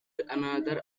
another